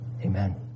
amen